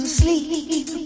sleep